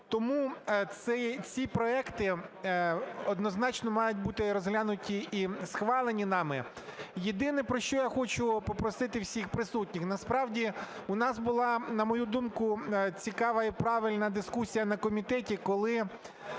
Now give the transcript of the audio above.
Тому ці проекти однозначно мають бути розглянуті і схвалені нами. Єдине про що я хочу попросити всіх присутніх. Насправді у нас була, на мою думку, цікава і правильна дискусія на комітеті, коли